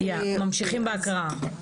ממשיכים בהקראה.